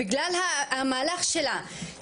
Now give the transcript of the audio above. בגלל המהלך שלה,